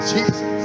Jesus